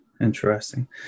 interesting